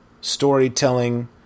Storytelling